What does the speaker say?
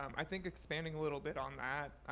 um i think expanding a little bit on that,